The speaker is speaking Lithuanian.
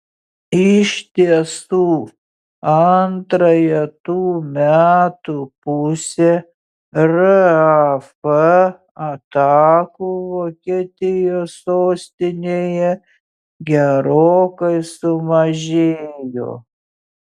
iš tiesų antrąją tų metų pusę raf atakų vokietijos sostinėje gerokai sumažėjo